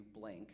blank